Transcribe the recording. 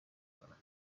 کنم